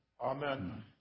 Amen